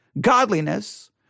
godliness